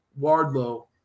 Wardlow